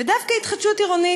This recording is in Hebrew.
ודווקא התחדשות עירונית,